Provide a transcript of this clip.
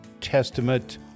Testament